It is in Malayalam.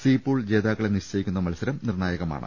സി പൂൾ ജേതാക്കളെ നിശ്ചയിക്കുന്ന മത്സരം നിർണായകമാണ്